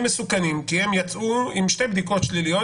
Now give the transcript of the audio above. מסוכנים כי הם יצאו עם שתי בדיקות שליליות,